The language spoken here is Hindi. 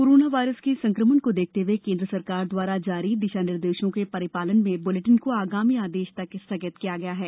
कोरोना वायरस के संकमण को देखते हुए केन्द्र सरकार द्वारा जारी दिशा निर्देशों के परिपालन में बुलेटिन को आगामी आदेश तक स्थगित किया गया है